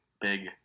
big